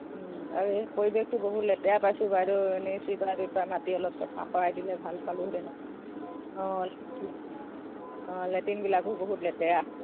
আৰু এই পৰিৱেশটো বহুত লেতেৰা পাইছোঁ বাইদেউ এনেই চুইপাৰ টুইপাৰ মাটি অলপ চফা কৰাই দিলে ভাল পালোঁ হেঁতেন অঁ অঁ লেটিনবিলাকো বহুত লেতেৰা